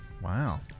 Wow